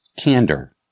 CANDOR